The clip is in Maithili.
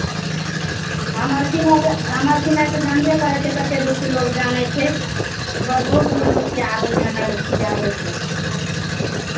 हमर सिलाइ तऽ हमर सिलाइ तऽ जानबे करै छियै कतेक दूरके लोक जानै छै बहुत बहुत दूरके आबै छै हमरा लोक सियाबय लेल